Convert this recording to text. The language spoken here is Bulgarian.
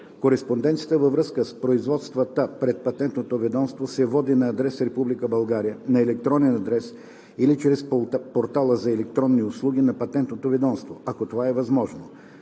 Кореспонденцията във връзка с производствата пред Патентното ведомство се води на адрес в Република България, на електронен адрес или чрез портала за електронни услуги на Патентното ведомство, ако това е възможно.